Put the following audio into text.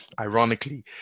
ironically